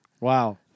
Wow